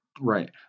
right